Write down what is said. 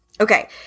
Okay